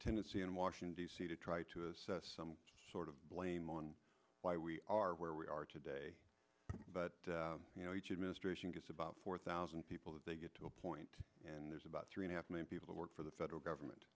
tendency in washington d c to try to assess some sort of blame on why we are where we are today but you know each administration has about four thousand people that they get to appoint and there's about three and a half million people who work for the federal government